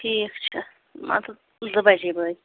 ٹھیٖک چھُ مطلب زٕ بَجے بٲگۍ